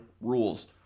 rules